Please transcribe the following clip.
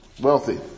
Wealthy